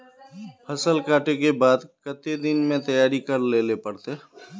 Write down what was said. फसल कांटे के बाद कते दिन में तैयारी कर लेले पड़ते?